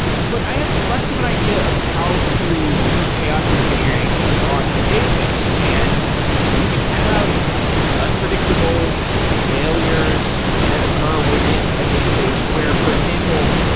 but i have less of an idea of how to do chaos engineering on a database, and you can have unpredictable failures that occur within a database where, for example,